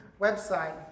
website